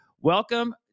Welcome